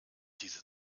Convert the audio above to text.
diese